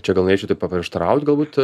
čia gal norėčiau taip paprieštaraut galbūt